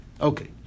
okay